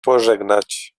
pożegnać